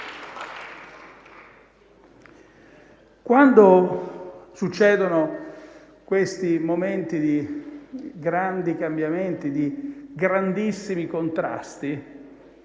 Quando si verificano questi momenti di grandi cambiamenti, di grandissimi contrasti,